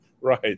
Right